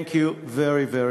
Thank you, Martin